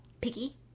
Picky